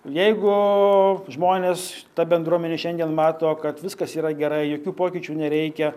jeigu žmonės ta bendruomenė šiandien mato kad viskas yra gerai jokių pokyčių nereikia